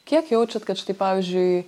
kiek jaučiat kad štai pavyzdžiui